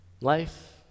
Life